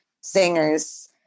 singers